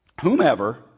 whomever